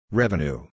revenue